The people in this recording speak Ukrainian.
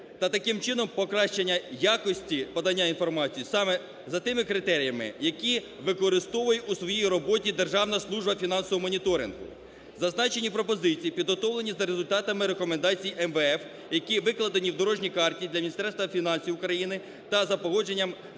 та таким чином покращення якості подання інформації саме за тими критеріями, які використовує у своїй роботі Державна служба фінансового моніторингу. Зазначені пропозиції підготовлені за результатами рекомендацій МВФ, які викладені в дорожній карті для Міністерства фінансів України та за погодженням